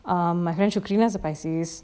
um my friend shukrina is a pisces